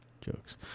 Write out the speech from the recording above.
jokes